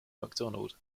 macdonald